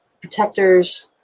protectors